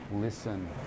listen